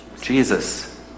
Jesus